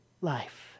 life